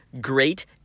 great